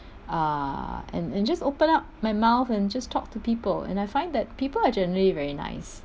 uh and and just open up my mouth and just talk to people and I find that people are generally very nice